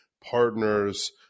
partners